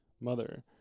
mother